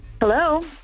Hello